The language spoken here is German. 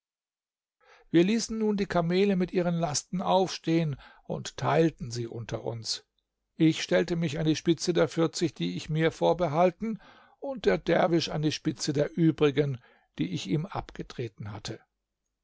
wir ließen nun die kamele mit ihren lasten aufstehen und teilten sie unter uns ich stellte mich an die spitze der vierzig die ich mir vorbehalten und der derwisch an die spitze der übrigen die ich ihm abgetreten hatte